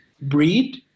breed